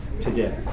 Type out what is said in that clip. today